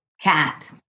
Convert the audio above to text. cat